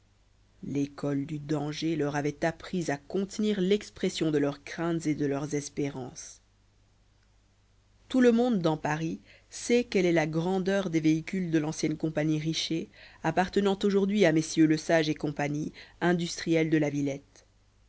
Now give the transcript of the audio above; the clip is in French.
l'école du danger leur avait appris à contenir l'expression de leurs craintes et de leurs espérances tout le monde dans paris sait quelle est la grandeur des véhicules de l'ancienne compagnie richer appartenant aujourd'hui à mm lesage et cie industriels de la villette